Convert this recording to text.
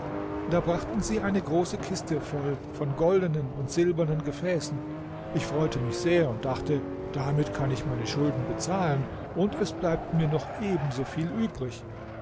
da brachten sie eine große kiste voll von goldenen und silbernen gefäßen ich freute mich sehr und dachte damit kann ich meine schulden bezahlen und es bleibt mir noch ebensoviel übrig